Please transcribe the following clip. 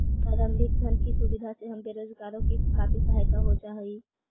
प्रारंभिक धन की सुविधा से हम बेरोजगारों की काफी सहायता हो जा हई